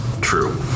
true